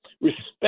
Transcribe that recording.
respect